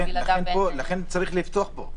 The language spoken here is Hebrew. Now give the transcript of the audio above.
לכן צריך לפתוח בו.